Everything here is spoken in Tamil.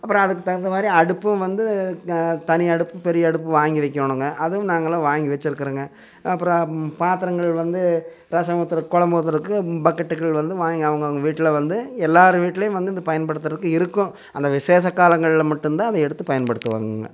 அப்பறம் அதுக்கு தகுந்தமாதிரி அடுப்பும் வந்து தனி அடுப்பு பெரிய அடுப்பு வாங்கி வைக்கணுங்க அதுவும் நாங்களும் வாங்கி வச்சிருக்குறோங்க அப்பறம் பாத்திரங்கள் வந்து ரசம் ஊத்துறதுக்கு குழம்பு ஊத்துறதுக்கு பக்கெட்டுகள் வந்து வாங்கி அவங்கவுங்க வீட்டில வந்து எல்லார் வீட்டிலயும் வந்து இந்த பயன்படுத்துகிறதுக்கு இருக்கும் அந்த விஷேசக்காலங்கள்ல மட்டுந்தான் அதை எடுத்து பயன்படுத்துவாங்கங்க